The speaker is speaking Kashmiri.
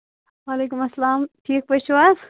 وعلیکُم اَسلام ٹھیٖک پٲٹھۍ چھِو حظ